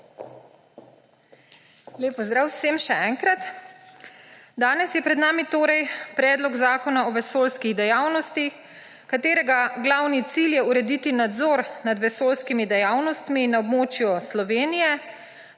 Lep pozdrav vsem še enkrat! Danes je pred nami Predlog zakona o vesoljski dejavnosti, katerega glavni cilj je urediti nadzor nad vesoljskimi dejavnostmi na območju Slovenije